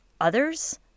others